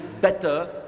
better